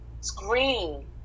screen